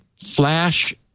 Flash